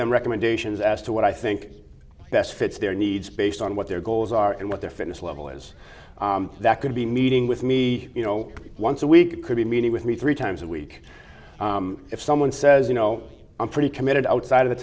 them recommendations as to what i think best fits their needs based on what their goals are and what their fitness level is that could be meeting with me you know once a week could be meeting with me three times a week if someone says you know i'm pretty committed outside of the